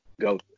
go